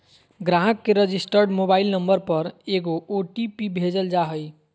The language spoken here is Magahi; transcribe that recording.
ग्राहक के रजिस्टर्ड मोबाइल नंबर पर एगो ओ.टी.पी भेजल जा हइ